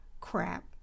crap